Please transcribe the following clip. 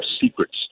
secrets